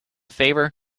favor